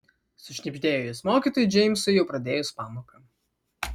sušnibždėjo jis mokytojui džeimsui jau pradėjus pamoką